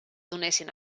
donessin